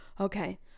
Okay